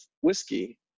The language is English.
whiskey